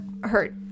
hurt